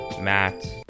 matt